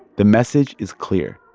the message is clear.